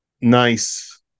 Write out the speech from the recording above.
nice